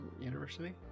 university